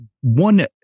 one